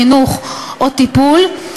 חינוך או טיפול,